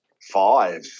five